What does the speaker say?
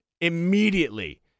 immediately